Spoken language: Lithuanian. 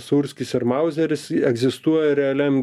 sūrskis ir mauzeris egzistuoja realiam